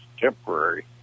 temporary